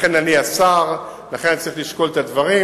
אני השר, ולכן אני צריך לשקול את הדברים.